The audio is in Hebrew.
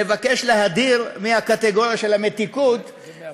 מבקש להדיר מהקטגוריה של המתיקות, זה מהפה ולחוץ.